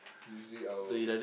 usually I'll